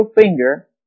finger